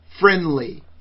friendly